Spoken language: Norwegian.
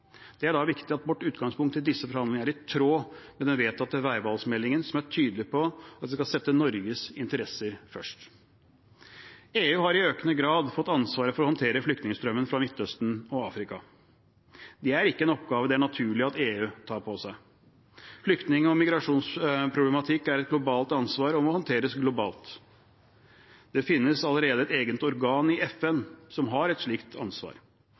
Det er da viktig at vårt utgangspunkt i disse forhandlingene er i tråd med den vedtatte veivalgsmeldingen, som er tydelig på at vi skal sette Norges interesser først. EU har i økende grad fått ansvar for å håndtere flyktningstrømmen fra Midtøsten og Afrika. Det er ikke en oppgave det er naturlig at EU tar på seg. Flyktning- og migrasjonsproblematikk er et globalt ansvar og må håndteres globalt. Det finnes allerede et eget organ i FN som har et slikt ansvar.